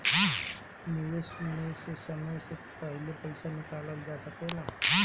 निवेश में से समय से पहले पईसा निकालल जा सेकला?